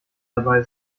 dabei